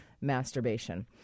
masturbation